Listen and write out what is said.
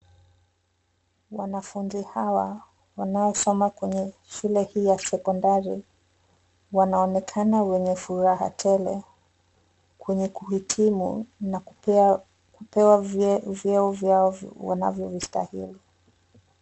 Wanafunzi hawa wanaosoma kwenye shule hii ya sekondari, wanaonekana wenye furaha tele kwenye kuhitimu na kupewa vyeo vyao wanavyovistahili.